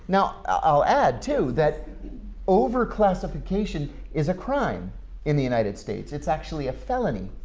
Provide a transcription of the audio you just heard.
now i'll add to that over-classification is a crime in the united states. it's actually a felony.